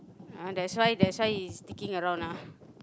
ah that's why that's why he's sticking around ah